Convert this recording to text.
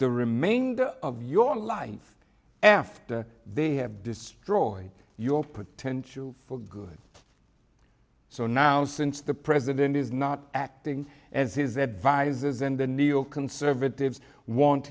the remainder of your life after they have destroyed your potential for good so now since the president is not acting as his advisors and the neoconservatives want